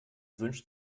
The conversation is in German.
wünscht